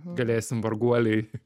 galėsim varguoliai